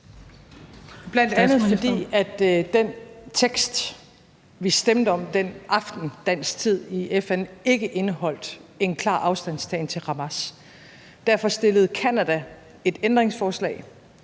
Bl.a. fordi den tekst, vi stemte om den aften dansk tid i FN, ikke indeholdt en klar afstandtagen til Hamas. Derfor stillede Canada et ændringsforslag.